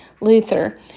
Luther